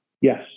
Yes